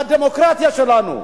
הדמוקרטיה שלנו,